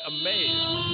amazed